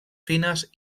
fines